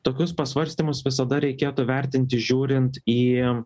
tokius pasvarstymus visada reikėtų vertinti žiūrint į